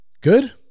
good